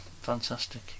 Fantastic